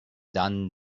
done